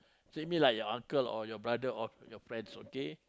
treat me like your uncle or your brother or your friends okay